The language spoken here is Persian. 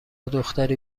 دختری